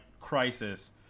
crisis